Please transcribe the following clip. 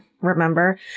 remember